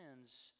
sins